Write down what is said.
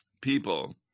people